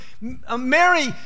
Mary